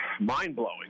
mind-blowing